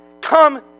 come